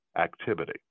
activity